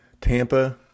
Tampa